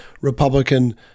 Republican